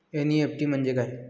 NEFT म्हणजे काय?